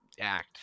act